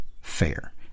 fair